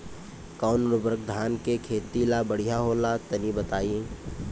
कौन उर्वरक धान के खेती ला बढ़िया होला तनी बताई?